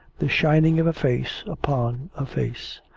the shining of a face upon a face!